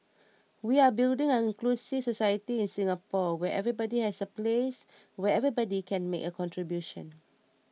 we are building an inclusive society in Singapore where everybody has a place where everybody can make a contribution